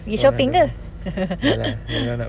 pergi shopping ke